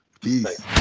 Peace